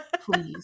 Please